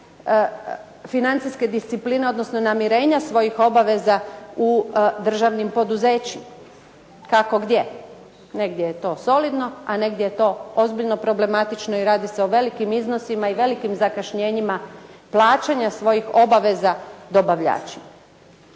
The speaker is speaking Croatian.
financijske discipline, odnosno namirenja svojih obaveza u državnim poduzećima, kako gdje. Negdje je to solidno, a negdje je to ozbiljno problematično i radi se o velikim iznosima i velikim zakašnjenjima plaćanja svojih obaveza dobavljačima.